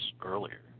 earlier